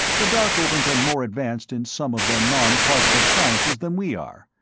the darkovans are more advanced in some of the non-causative sciences than we are,